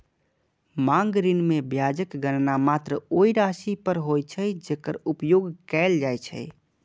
मांग ऋण मे ब्याजक गणना मात्र ओइ राशि पर होइ छै, जेकर उपयोग कैल जाइ छै